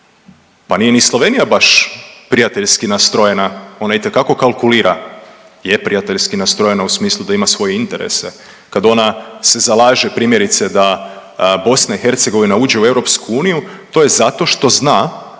Pa nije ni Slovenija baš prijateljski nastrojena, ona itekako kalkulira. Je prijateljski nastrojena u smislu da ima svoje interese kad ona se zalaže, primjerice, da BiH uđe u EU, to je zato što zna